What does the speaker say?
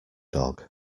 dog